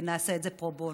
ונעשה את זה פרו בונו.